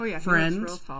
friends